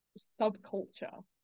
subculture